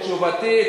אני עונה את תשובתי.